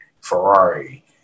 Ferrari